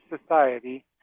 society